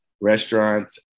restaurants